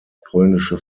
polnische